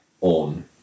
on